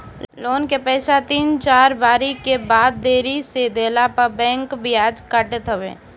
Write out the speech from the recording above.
loan के पईसा तीन चार बारी के बाद देरी से देहला पअ बैंक बियाज काटत हवे